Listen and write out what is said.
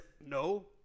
no